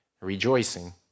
rejoicing